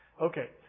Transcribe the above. Okay